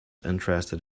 interested